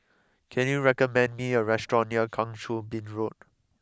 can you recommend me a restaurant near Kang Choo Bin Road